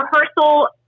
rehearsal